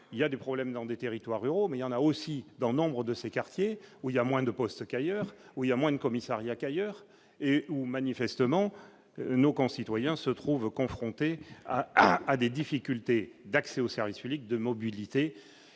il y a des problèmes dans des territoires ruraux, mais il y en a aussi dans nombres de ces quartiers où il y a moins de postes qu'ailleurs, où il y a moins de commissariat qu'ailleurs et où, manifestement, nos concitoyens se trouve confrontée à à des difficultés d'accès au service public de mobilité